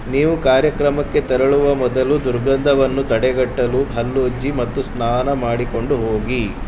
ನೀವು ಕಾರ್ಯಕ್ರಮಕ್ಕೆ ತೆರಳುವ ಮೊದಲು ದುರ್ಗಂಧವನ್ನು ತಡೆಗಟ್ಟಲು ಹಲ್ಲು ಉಜ್ಜಿ ಮತ್ತು ಸ್ನಾನ ಮಾಡಿ ಕೊಂಡು ಹೋಗಿ